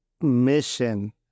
mission